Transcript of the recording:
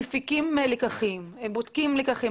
מפיקים לקחים, בודקים לקחים.